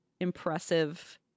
impressive